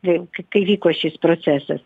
jau kai vyko šis procesas